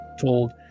told